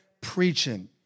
preaching